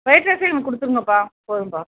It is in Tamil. ஃப்ரைட் ரைஸே எங்களுக்கு கொடுத்துருங்கப்பா போதும்பா